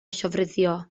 llofruddio